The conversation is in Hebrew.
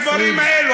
את הדברים האלה.